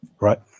right